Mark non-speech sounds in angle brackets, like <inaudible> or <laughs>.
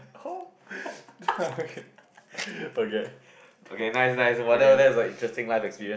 <noise> okay <laughs> okay